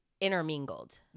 intermingled